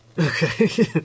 Okay